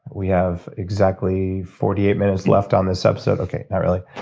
we have exactly forty eight minutes left on this episode okay, not really.